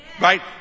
Right